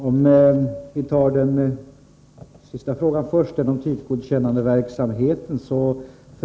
Herr talman! Jag skall börja med det sista som sades i föregående inlägg om typgodkännandeverksamheten.